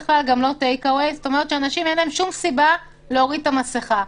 לא תהיה לאנשים שום סיבה להוריד את המסכה.